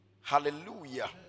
Hallelujah